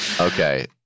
Okay